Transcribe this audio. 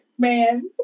man